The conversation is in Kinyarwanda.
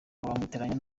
bamwitiranya